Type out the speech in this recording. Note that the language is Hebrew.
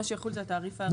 את התעריף יקבע השר.